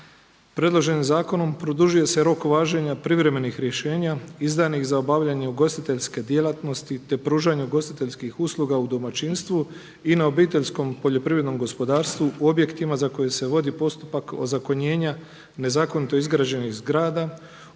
Predloženim zakonom produžuje se rok važenja privremenih rješenja izdanih za obavljanje ugostiteljske djelatnosti te pružanju ugostiteljskih usluga u domaćinstvu i na obiteljskom poljoprivrednom gospodarstvu u objektima za koje se vodi postupak ozakonjenja nezakonito izgrađenih zgrada